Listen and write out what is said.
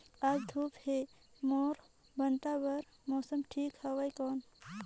आज धूप हे मोर भांटा बार मौसम ठीक हवय कौन?